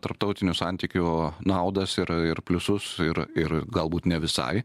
tarptautinių santykių naudas ir ir pliusus ir ir galbūt ne visai